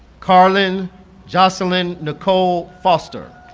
carlyn josalyn nicole foster